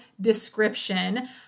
description